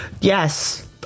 yes